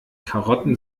karotten